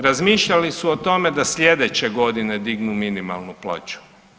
Razmišljali su o tome da sljedeće godine dignu minimalnu plaću.